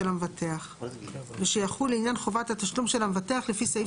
המבטח ושיחול לעניין חובת התשלום של המבטח לפי סעיף